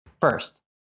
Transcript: first